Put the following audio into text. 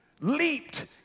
leaped